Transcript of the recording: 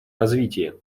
развитии